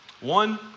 One